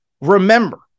Remember